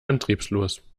antriebslos